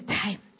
time